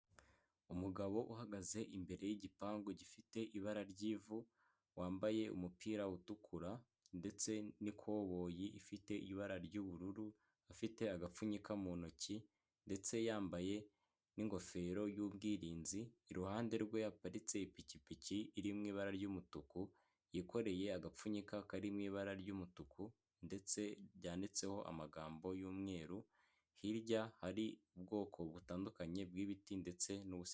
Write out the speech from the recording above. Umugabo uhagaze imbere y'igipangu gifite ibara ry'ivu, wambaye umupira utukura, ndetse n'ikoboyi ifite ibara ry'ubururu, afite agapfunyika mu ntoki, ndetse yambaye n'ingofero y'ubwirinzi, iruhande rwe yaparitse ipikipiki iri mu ibara ry'umutuku, yikoreye agapfunyika kari mu ibara ry'umutuku, ndetse ryanditseho amagambo y'umweru, hirya hari ubwoko butandukanye bw'ibiti ndetse n'ubusitani.